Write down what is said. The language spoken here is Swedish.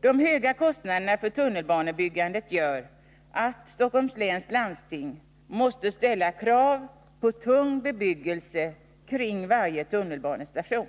De höga kostnaderna för tunnelbanebyggandet gör att Stockholms läns landsting måste ställa krav på tung bebyggelse kring varje tunnelbanestation.